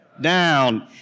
down